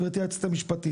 גברתי היועצת המשפטית,